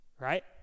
right